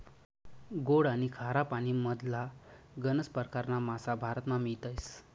गोड आनी खारा पानीमधला गनज परकारना मासा भारतमा मियतस